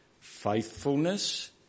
faithfulness